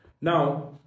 Now